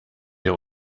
der